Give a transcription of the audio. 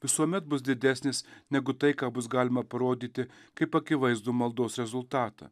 visuomet bus didesnis negu tai ką bus galima parodyti kaip akivaizdų maldos rezultatą